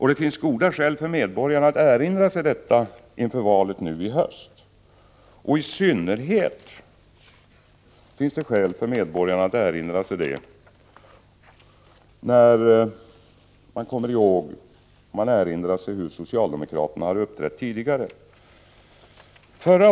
Det finns goda skäl för medborgarna att erinra sig detta inför valet nu i höst — i synnerhet med tanke på hur socialdemokraterna har uppträtt tidigare.